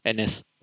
NS